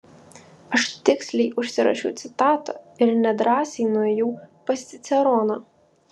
aš tiksliai užsirašiau citatą ir nedrąsiai nuėjau pas ciceroną